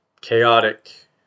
chaotic